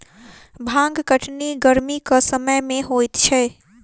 भांग कटनी गरमीक समय मे होइत छै